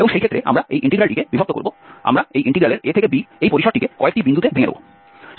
এবং সেই ক্ষেত্রে আমরা এই ইন্টিগ্রালটিকে বিভক্ত করব আমরা এই ইন্টিগ্রালের a থেকে b এই পরিসরটিকে কয়েকটি বিন্দুতে ভেঙে দেব